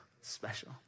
special